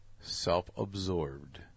self-absorbed